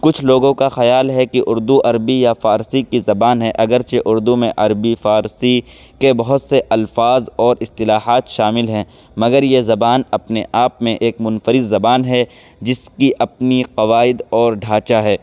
کچھ لوگوں کا خیال ہے کہ اردو عربی یا فارسی کی زبان ہے اگر چہ اردو میں عربی فارسی کے بہت سے الفاظ اور اصطلاحات شامل ہیں مگر یہ زبان اپنے آپ میں ایک منفرد زبان ہے جس کی اپنی قواعد اور ڈھانچہ ہے